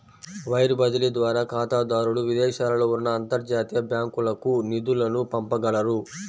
wire బదిలీ ద్వారా ఖాతాదారులు విదేశాలలో ఉన్న అంతర్జాతీయ బ్యాంకులకు నిధులను పంపగలరు